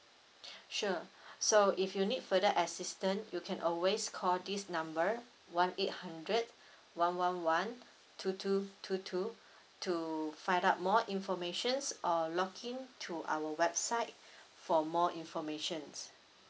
sure so if you need further assistant you can always call this number one eight hundred one one one two two two two to find out more informations or log in to our website for more informations